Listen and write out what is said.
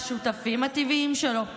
השותפים הטבעיים שלו.